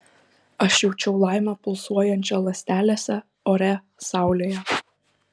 aš jaučiau laimę pulsuojančią ląstelėse ore saulėje